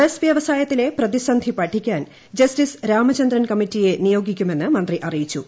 bus വ്യവസായത്തിലെ പ്രതിസന്ധി പഠിക്കാൻ ജസ്റ്റിസ് രാമചന്ദ്രൻ കമ്മറ്റിയെ നിയോഗിക്കുമെന്ന് മന്ത്രി അറിയിച്ചു